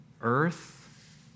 earth